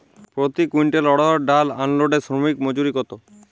প্রতি কুইন্টল অড়হর ডাল আনলোডে শ্রমিক মজুরি কত?